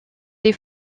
des